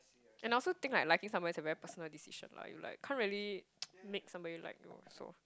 and I also think like liking somebody is a very personal decision lah you like can't really make somebody like you also